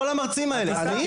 עם כל המרצים האלה, אני?